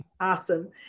Awesome